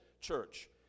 church